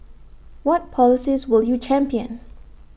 what policies will you champion